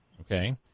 okay